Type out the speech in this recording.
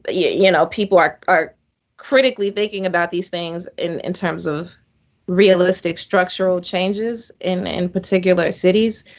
but yeah you know people are are critically thinking about these things, in in terms of realistic structural changes. in in particular cities.